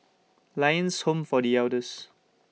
Lions Home For The Elders